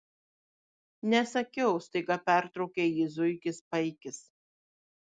nesakiau staiga pertraukė jį zuikis paikis